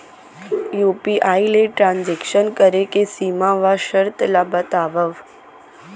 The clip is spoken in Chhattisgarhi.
यू.पी.आई ले ट्रांजेक्शन करे के सीमा व शर्त ला बतावव?